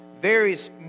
Various